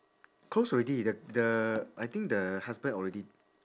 close already the the I think the husband already